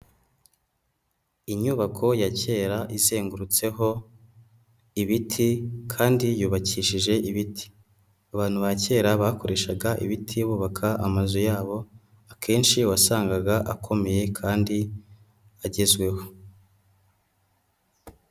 Inyubako ya kera izengurutseho ibiti kandi yubakishije ibiti. Abantu ba kera bakoreshaga ibiti bubaka amazu yabo, akenshi wasangaga akomeye kandi agezweho.